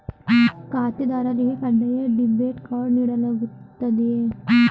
ಖಾತೆದಾರರಿಗೆ ಕಡ್ಡಾಯ debit card ನೀಡಲಾಗುತ್ತದೆಯೇ?